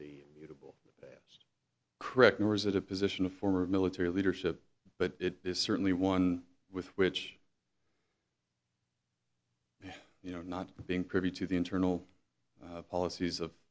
be correct nor is it a position of former military leadership but it is certainly one with which you know not being privy to the internal policies of